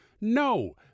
No